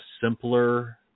simpler